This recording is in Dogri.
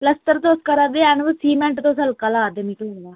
प्लस्तर तुस करा दे हैन बा सीमेंट तुस ह्ल्का ला दे मिकी पता ऐ